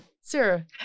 Sarah